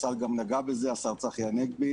השר גם נגע בזה, השר צחי הנגבי.